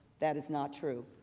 that is not true.